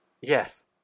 Yes